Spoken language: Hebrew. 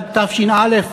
תש"א,